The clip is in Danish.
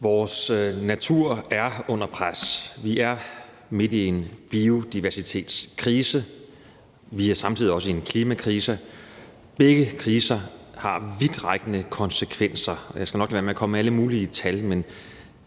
Vores natur er under pres. Vi er midt i en biodiversitetskrise. Vi er samtidig også i en klimakrise. Begge kriser har vidtrækkende konsekvenser. Jeg skal nok lade være med at komme med alle mulige tal, men